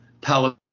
Palace